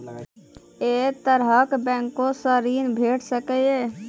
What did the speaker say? ऐ तरहक बैंकोसऽ ॠण भेट सकै ये?